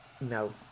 No